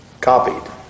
copied